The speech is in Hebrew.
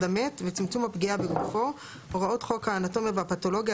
המת וצמצום הפגיעה בגופו; הוראות חוק האנטומיה והפתולוגיה,